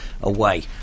away